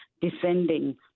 descending